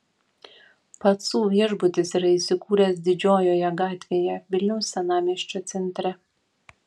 pacų viešbutis yra įsikūręs didžiojoje gatvėje vilniaus senamiesčio centre